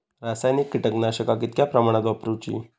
रासायनिक कीटकनाशका कितक्या प्रमाणात वापरूची?